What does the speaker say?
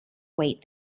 wait